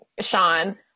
Sean